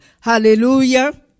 Hallelujah